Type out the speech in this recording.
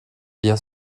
bien